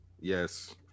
Yes